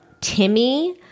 Timmy